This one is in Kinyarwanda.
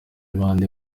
bande